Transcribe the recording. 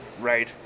right